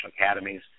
Academies